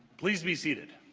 please be seated